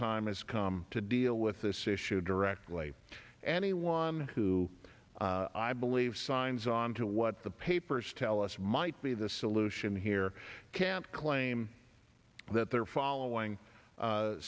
time has come to deal with this issue directly and anyone who i believe signs on to what the papers tell us might be the solution here can't claim that they're following